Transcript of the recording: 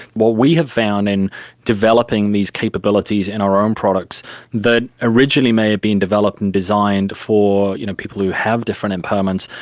what we have found in developing these capabilities in our own products that originally may have been developed and designed for you know people who have different impairments,